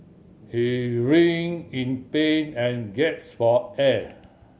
he writhed in pain and gaps for air